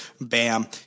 Bam